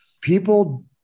people